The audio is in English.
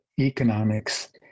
economics